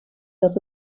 dat